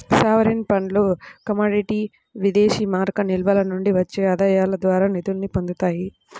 sovereign ఫండ్లు commodity విదేశీమారక నిల్వల నుండి వచ్చే ఆదాయాల ద్వారా నిధుల్ని పొందుతాయి